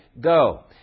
Go